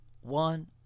One